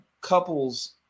couples